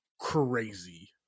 crazy